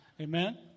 Amen